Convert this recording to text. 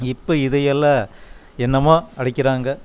இப்போ இதையெல்லாம் என்னமோ அடிக்கிறாங்க